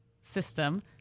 system